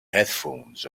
headphones